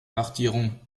partiront